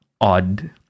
odd